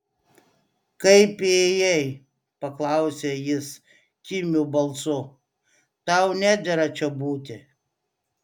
kaip įėjai paklausė jis kimiu balsu tau nedera čia būti